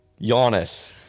Giannis